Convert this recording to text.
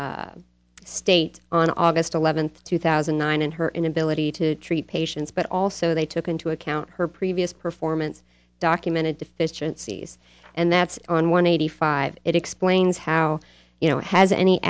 her state on august eleventh two thousand and nine and her inability to treat patients but also they took into account her previous performance documented deficiencies and that's on one eighty five it explains how you know it has any